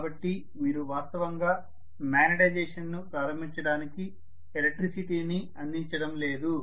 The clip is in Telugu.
కాబట్టి మీరు వాస్తవంగా మ్యాగ్నెటైజేషన్ ను ప్రారంభించడానికి ఎలక్ట్రిసిటీని అందించడం లేదు